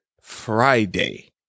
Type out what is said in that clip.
Friday